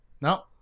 No